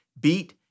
beat